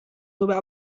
darüber